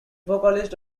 vocalist